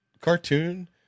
cartoon